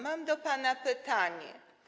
Mam do pana pytanie.